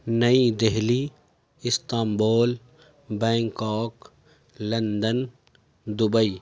نئی Delhi Istanbul Bangkok London Dubai